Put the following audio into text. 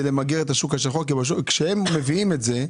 למגר את השוק השחור כי כשהם מביאים את זה,